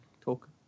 talk